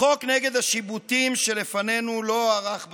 החוק נגד השיבוטים שלפנינו לא הוארך בזמן,